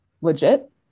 legit